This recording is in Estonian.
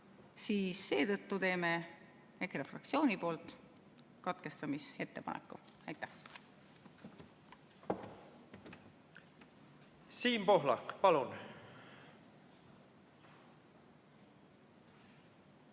siis seetõttu teeme EKRE fraktsiooni nimel katkestamisettepaneku. Aitäh! Siim Pohlak, palun!